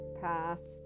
past